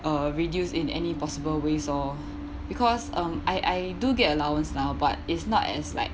uh reduce in any possible ways oh because um I I do get allowance now but it's not as like